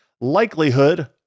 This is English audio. likelihood